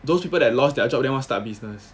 those people that lost their job then want start business